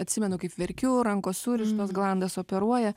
atsimenu kaip verkiu rankos surištos glandas operuoja